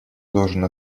должен